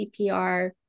CPR